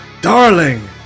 darling